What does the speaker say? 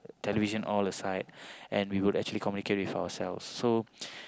television all aside and we would actually communicate with ourselves so